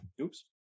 Oops